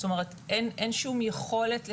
זאת אומרת אין שום יכולת לשנות.